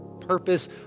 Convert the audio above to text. purpose